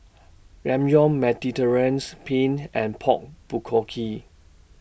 Ramyeon Mediterranean's Penne and Pork Bulgogi